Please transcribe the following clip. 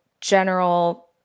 general